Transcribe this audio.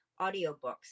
audiobooks